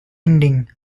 ending